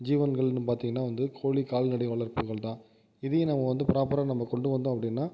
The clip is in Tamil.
ஜீவன்ங்கள்ன்னு பார்த்திங்கன்னா வந்து கோழி கால்நடை வளர்ப்புகள் தான் இதையும் நம்ம வந்து ப்ராப்பரா நம்ம கொண்டு வந்தோம் அப்படின்னா